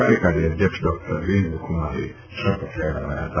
કાર્યકારી અધ્યક્ષ ડોકટર વિરેન્દ્રકુમારે શપથ લેવડાવ્યા હતા